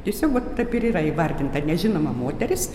tiesiog va taip ir yra įvardinta nežinoma moteris